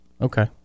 Okay